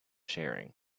sharing